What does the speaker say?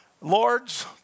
lords